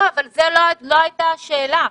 אבל לא זאת הייתה השאלה.